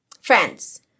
Friends